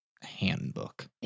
handbook